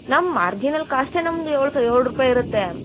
ನಮ್ಮ ಮಾರ್ಜಿನಲ್ ಕಾಸ್ಟೆ ನಮ್ದು ಏಳು ಸಾವಿರ ಏಳು ರೂಪಾಯಿ ಇರತ್ತೆ